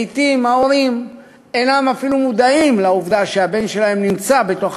לעתים ההורים אפילו אינם מודעים לעובדה שהבן שלהם נמצא בתוך